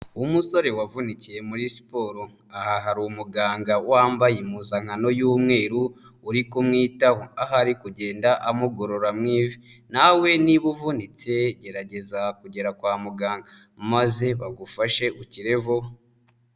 Umusore wavunikiye muri siporo aha harimuganga wambaye impuzankano y'umweru uri kumwitaho ahari kugenda amugorora nawe niba uvunitse gerageza kugera kwa muganga maze bagufashe ukire vuba.